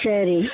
சரி